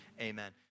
Amen